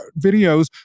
videos